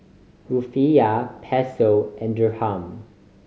Rufiyaa Peso and Dirham